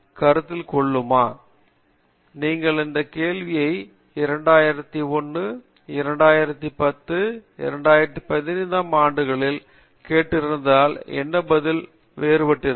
காமகோடி நீங்கள் இந்த கேள்வியை 2001 2010 2015 ஆம் ஆண்டுகளில் கேட்டிருந்தால் என் பதில்கள் வேறுபட்டிருக்கும்